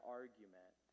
argument